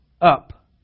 Up